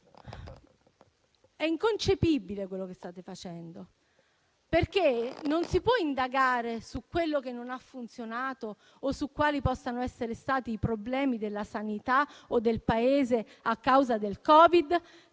È inconcepibile quello che state facendo. Non si può indagare su quello che non ha funzionato o su quali possano essere stati i problemi della sanità o del Paese a causa del Covid-19,